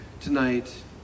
tonight